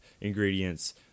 ingredients